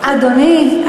אדוני,